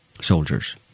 soldiers